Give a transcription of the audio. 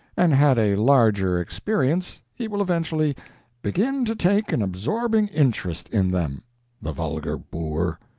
and had a larger experience, he will eventually begin to take an absorbing interest in them the vulgar boor.